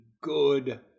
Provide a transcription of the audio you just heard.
good